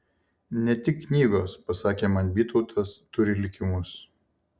ne tik knygos pasakė man bytautas turi likimus